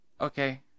Okay